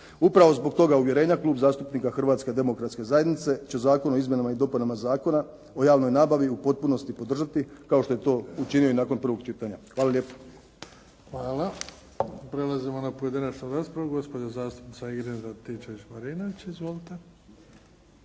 Upravo zbog toga uvjerenja Klub zastupnika Hrvatske demokratske zajednice će Zakon o izmjenama i dopunama Zakona o javnoj nabavi u potpunosti podržati kao što je to učinio i nakon prvog čitanja. Hvala lijepo. **Bebić, Luka (HDZ)** Hvala. Prelazimo na pojedinačnu raspravu. Gospođa zastupnica Ingrid Antičević Marinović. Izvolite.